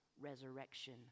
resurrection